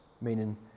meaning